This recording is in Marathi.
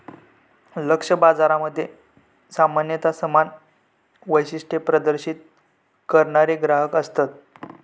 लक्ष्य बाजारामध्ये सामान्यता समान वैशिष्ट्ये प्रदर्शित करणारे ग्राहक असतत